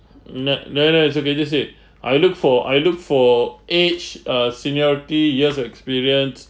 no no no it's okay just say it I look for I look for age uh seniority years of experience